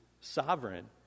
sovereign